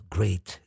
Great